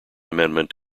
amendment